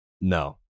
No